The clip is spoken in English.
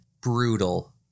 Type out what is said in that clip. Brutal